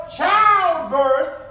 childbirth